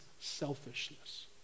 selfishness